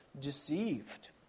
deceived